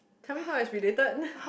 tell me how it's related